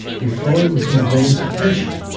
be flowing within the veins of the patient.